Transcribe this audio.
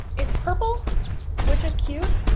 it's purple which is cute.